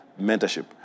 mentorship